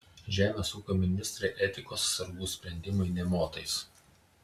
žemės ūkio ministrei etikos sargų sprendimai nė motais